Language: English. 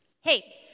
Hey